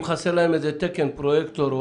אם חסר להם תקן לפרויקטור,